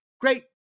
Great